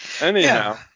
Anyhow